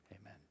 amen